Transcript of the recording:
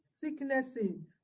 sicknesses